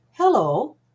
Hello